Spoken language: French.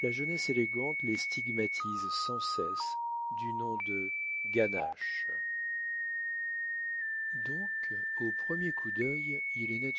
la jeunesse élégante les stigmatise sans cesse du nom de ganaches donc au premier coup d'œil il est